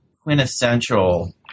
quintessential